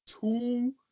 Two